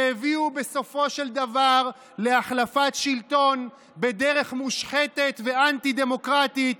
שהביאו בסופו של דבר להחלפת שלטון בדרך מושחתת ואנטי-דמוקרטית,